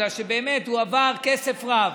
בגלל שבאמת הועבר כסף רב.